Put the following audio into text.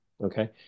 okay